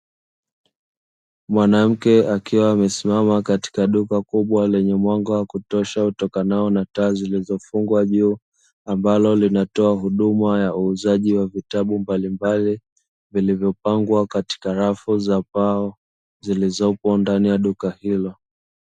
Mwanamke akiwa amesimama katika duka kubwa lenye mwanga wa kutosha utokanao na taa zilizofungwa juu, ambalo linatoa huduma ya uuzaji wa vitabu mbalimbali vilivyopangwa katika rafu za mbao zilizopo ndani ya duka hilo.